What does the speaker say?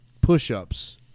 push-ups